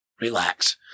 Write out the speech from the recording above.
Relax